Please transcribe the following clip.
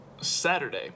Saturday